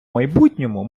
майбутньому